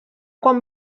quan